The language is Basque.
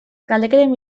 galdeketen